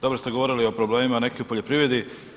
Dobro ste govorili o problemima neki u poljoprivredi.